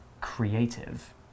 creative